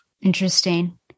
Interesting